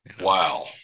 Wow